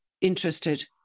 interested